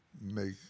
make